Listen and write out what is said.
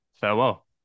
Farewell